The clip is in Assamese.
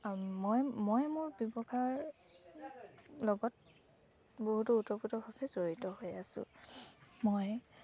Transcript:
মই মই মোৰ ব্যৱসায় লগত বহুতো ওতঃপ্ৰোতভাৱে ভাৱে জড়িত হৈ আছোঁ মই